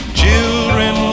children